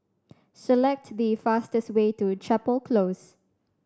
select the fastest way to Chapel Close